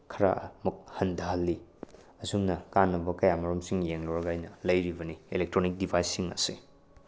ꯈꯔꯃꯨꯛ ꯍꯟꯗꯍꯜꯂꯤ ꯑꯁꯨꯝꯅ ꯀꯥꯟꯅꯕ ꯀꯌꯥꯃꯔꯨꯝꯁꯤꯡ ꯌꯦꯡꯂꯨꯔꯒ ꯑꯩꯅ ꯂꯩꯔꯤꯕꯅꯤ ꯑꯦꯂꯦꯛꯇ꯭ꯔꯣꯅꯤꯛ ꯗꯤꯚꯥꯏꯁꯁꯤꯡ ꯑꯁꯦ